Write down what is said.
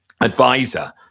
advisor